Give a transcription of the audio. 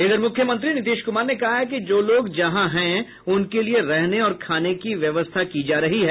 इधर मुख्यमंत्री नीतीश कुमार ने कहा है कि जो लोग जहां हैं उनके लिए रहने और खाने की व्यवस्था की जा रही है